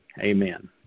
Amen